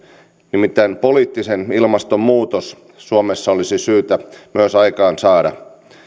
nimittäin myös poliittisen ilmaston muutos suomessa olisi syytä aikaansaada